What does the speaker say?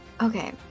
Okay